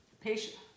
Patient